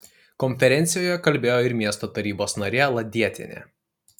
konferencijoje kalbėjo ir miesto tarybos narė ladietienė